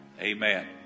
amen